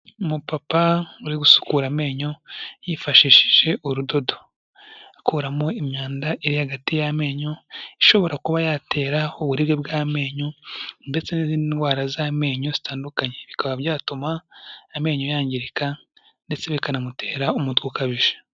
Umupapa uri gusukura amenyo yifashishije urudodo, akuramo imyanda iri hagati y'amenyo ishobora kuba yatera uburibwe bw'amenyo ndetse n'izindwara z'amenyo zitandukanye bikaba byatuma amenyo yangirika ndetse bikanamutera umutwe ukabije.